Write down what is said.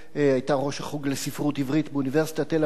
ראש החוג לספרות עברית באוניברסיטת תל-אביב,